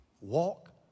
Walk